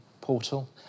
portal